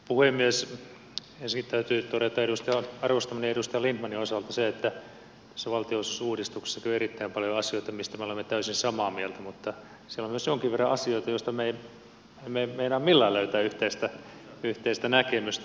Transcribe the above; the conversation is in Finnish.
ensinnäkin täytyy todeta arvostamani edustaja lindtmanin osalta se että tässä valtionosuusuudistuksessa on kyllä erittäin paljon asioita mistä me olemme täysin samaa mieltä mutta siellä on myös jonkin verran asioita joista me emme meinaa millään löytää yhteistä näkemystä